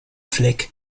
fleck